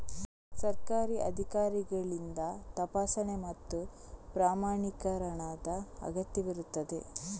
ಸರ್ಕಾರಿ ಅಧಿಕಾರಿಗಳಿಂದ ತಪಾಸಣೆ ಮತ್ತು ಪ್ರಮಾಣೀಕರಣದ ಅಗತ್ಯವಿರುತ್ತದೆ